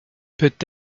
peut